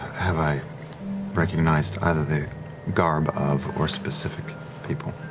have i recognized either the garb of, or specific people?